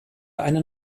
eine